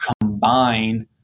combine